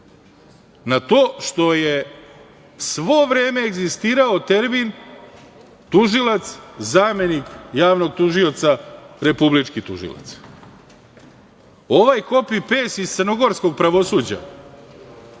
na to što je svo vreme egzistirao termin tužilac, zamenik javnog tužioca, republički tužilac. Ovaj kopi pejst iz crnogorskog pravosuđa,